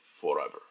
forever